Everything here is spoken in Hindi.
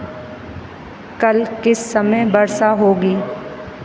कल किस समय वर्षा होगी